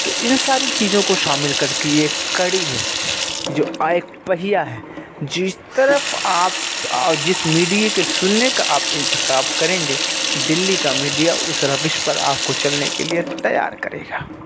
تو ان ساری چیزوں کو شامل کر کے یہ ایک کڑی ہے جو ایک پہیہ ہے جس طرف آپ جس میڈیے کے سننے کا آپ انتخاب کریں گے دلی کا میڈیا اس روش پر آپ کو چلنے کے لیے تیار کرےگا